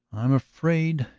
i am afraid,